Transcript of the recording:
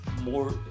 more